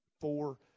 Four